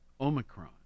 Omicron